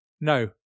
No